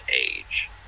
age